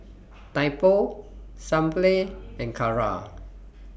Typo Sunplay and Kara